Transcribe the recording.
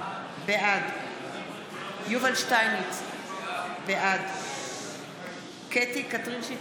בעד יובל שטייניץ, בעד קטי (קטרין) שטרית,